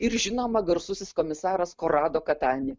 ir žinoma garsusis komisaras korado katani